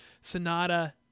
Sonata